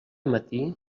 matí